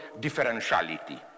differentiality